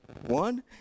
One